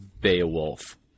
Beowulf